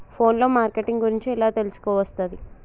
Phone లో marketing గురించి ఎలా తెలుసుకోవస్తది?